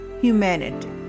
humanity